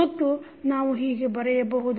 ಮತ್ತು ನಾವು ಹೀಗೆ ಬರೆಯಬಹುದು